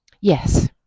yes